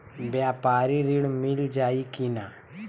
व्यापारी ऋण मिल जाई कि ना?